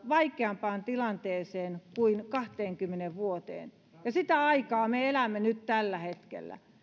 vaikeampaan tilanteeseen kuin kahteenkymmeneen vuoteen ja sitä aikaa me elämme nyt tällä hetkellä